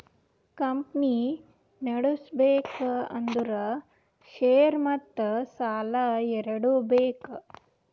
company ನಡುಸ್ಬೆಕ್ ಅಂದುರ್ share ಮತ್ತ ಸಾಲಾ ಎರಡು ಬೇಕ್